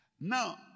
Now